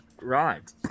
Right